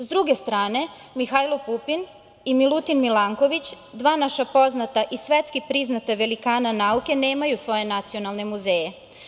S druge strane, Mihajlo Pupin i Milutin Milanković, dva naša poznata i svetski priznata velikana nauke nemaju svoje nacionalne muzeje.